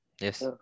Yes